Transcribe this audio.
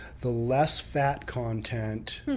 the less fat content